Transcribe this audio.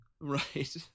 right